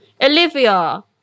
Olivia